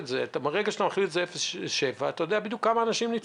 ואתה יודע בדיוק כמה אנשים ניצלו.